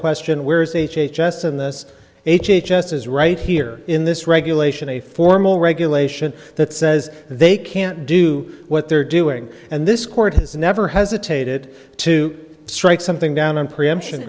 question where is h h s in this h h s is right here in this regulation a formal regulation that says they can't do what they're doing and this court has never hesitated to strike something down and preemption